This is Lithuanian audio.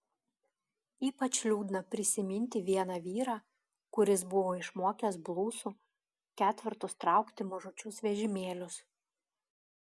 ypač liūdna prisiminti vieną vyrą kuris buvo išmokęs blusų ketvertus traukti mažučius vežimėlius